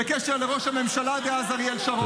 בקשר לראש הממשלה דאז אריאל שרון.